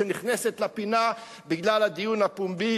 שנכנסת לפינה בגלל הדיון הפומבי